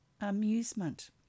amusement